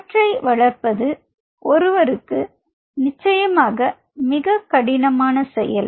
அவற்றை வளர்ப்பது ஒருவருக்கு நிச்சயமாக மிகக் கடினமான செயல்